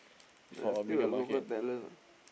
I feel that local talent